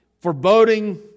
foreboding